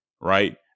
Right